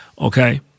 Okay